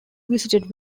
visited